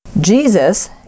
Jesus